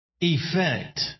effect